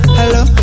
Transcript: hello